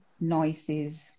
noises